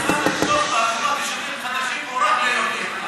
חדשים או רק ליהודים,